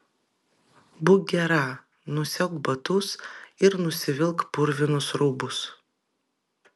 būk gera nusiauk batus ir nusivilk purvinus rūbus